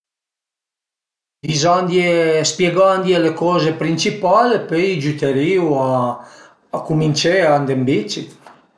Dizandie spiegandie le coze principal, pöi i giüterìu a cumincé a andé ën bici